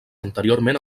anteriorment